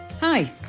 Hi